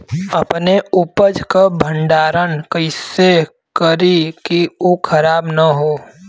अपने उपज क भंडारन कइसे करीं कि उ खराब न हो?